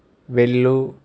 వెళ్ళు